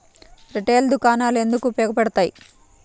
Retail దుకాణాలు ఎందుకు ఉపయోగ పడతాయి?